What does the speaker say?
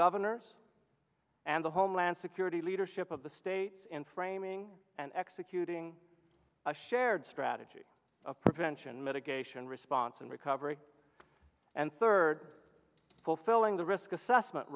governors and the homeland security leadership of the states in framing and executing a shared strategy of prevention mitigation response and recovery and third fulfilling the risk assessment